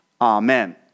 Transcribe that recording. Amen